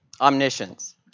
omniscience